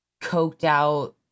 coked-out